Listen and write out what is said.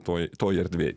toj toj erdvėj